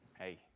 Hey